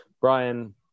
Brian